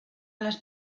las